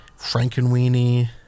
Frankenweenie